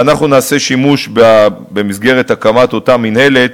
ואנחנו נעשה שימוש, במסגרת הקמת אותה מינהלת,